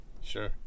Sure